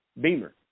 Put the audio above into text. Beamer